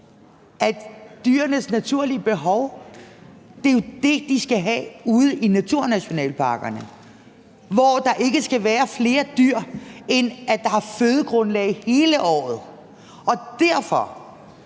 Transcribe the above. at dyrenes naturlige behov jo skal dækkes ude i naturnationalparkerne, hvor der ikke skal være flere dyr, end der er fødegrundlag til hele året. Og skulle